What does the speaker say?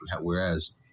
whereas